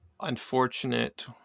unfortunate